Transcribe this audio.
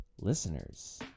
listeners